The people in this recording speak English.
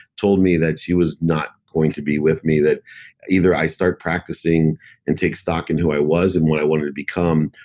told me that she was not going to be with me. either i start practicing and take stock in who i was and what i wanted to become,